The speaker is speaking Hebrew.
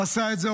עשה את זה,